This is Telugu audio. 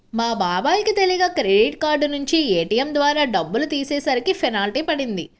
మా బాబాయ్ కి తెలియక క్రెడిట్ కార్డు నుంచి ఏ.టీ.యం ద్వారా డబ్బులు తీసేసరికి పెనాల్టీ పడింది